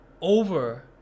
over